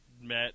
Met